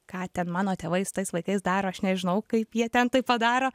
ką ten mano tėvai su tais vaikais daro aš nežinau kaip jie ten tai padaro